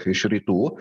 iš rytų